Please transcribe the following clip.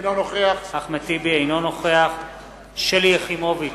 אינו נוכח שלי יחימוביץ,